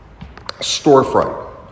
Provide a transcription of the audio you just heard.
Storefront